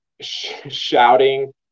shouting